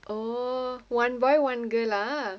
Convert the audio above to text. oh one boy one girl lah